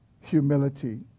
humility